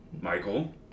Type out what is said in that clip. Michael